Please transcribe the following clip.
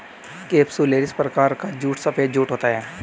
capsularis प्रकार का जूट सफेद जूट होता है